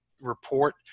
report